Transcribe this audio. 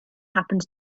happens